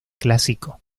clásico